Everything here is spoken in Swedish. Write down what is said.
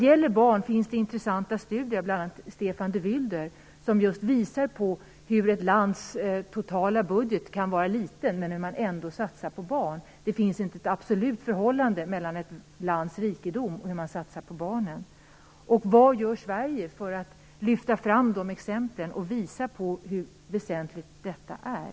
Det finns intressanta studier av bl.a. Stefan de Wylder som visar på hur ett lands totala budget kan vara liten men att man ändå satsar på barn. Det finns inget absolut förhållande mellan ett lands rikedom och hur man satsar på barnen. Vad gör Sverige för att lyfta fram dessa exempel och visa på hur väsentligt detta är?